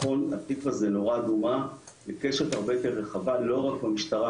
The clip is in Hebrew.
זה נורא אדומה מקשת הרבה יותר רחבה לא רק במשטרה.